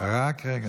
לא לסטודנטים,